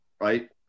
Right